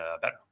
better